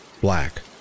black